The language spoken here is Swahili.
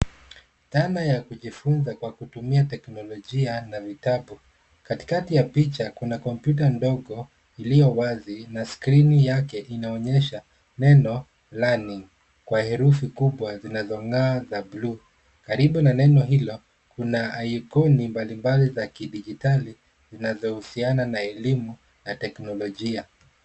Dhana ya kujifunza kwa kutumia teknolojia na vitabu. Katikati ya picha kuna kompyuta ndogo iliyo wazi na skrini yake inaonyesha neno learning , kwa herufi kubwa zinazong'aa za bluu. Karibu na neno hilo kuna ikoni mbalimbali za kidijitali, zinazohusiana na elimu na teknolojia.